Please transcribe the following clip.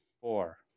Four